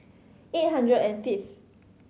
eight hundred and fifth